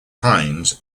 hines